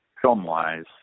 film-wise